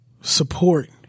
support